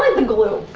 the glue.